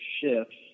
shifts